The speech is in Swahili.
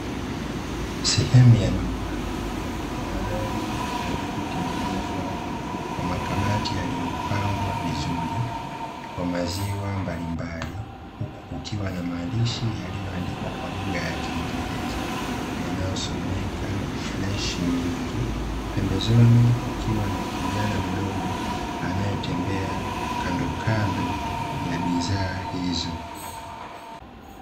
Sehemu ya duka mahali palipo tengenezwa kwa makabati yaliyopangwa vizuri kwa maziwa mbalimbali, huku kukiwa na maandishi yaliyoandikwa kwa lugha ya kingereza yanayosomeka "fresh milk" pembezoni kukiwa na kijana mdogo anyetembea kandokando ya bidhaa hizo.